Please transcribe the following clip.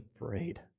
afraid